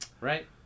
Right